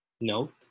Note